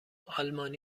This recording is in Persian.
آلمانی